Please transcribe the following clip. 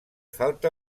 falta